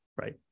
right